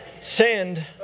Send